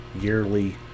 yearly